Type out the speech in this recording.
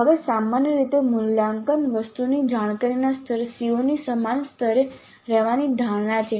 હવે સામાન્ય રીતે મૂલ્યાંકન વસ્તુની જાણકારીના સ્તર CO ની સમાન સ્તરે રહેવાની ધારણા છે